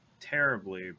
terribly